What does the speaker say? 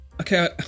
Okay